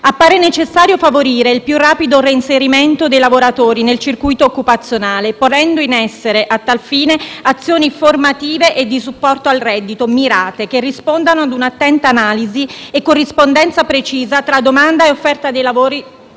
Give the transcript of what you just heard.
appare necessario favorire il più rapido reinserimento dei lavoratori nel circuito occupazionale ponendo in essere, a tal fine, azioni formative e di supporto al reddito mirate, che rispondano ad un'attenta analisi e corrispondenza precisa tra domanda e offerta di lavoro